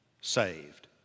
saved